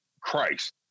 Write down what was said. Christ